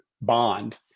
bond